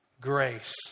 grace